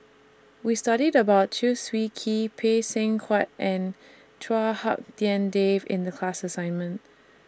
We studied about Chew Swee Kee Phay Seng Whatt and Chua Hak Dien Dave in The class assignment